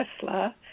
Tesla